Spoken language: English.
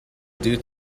due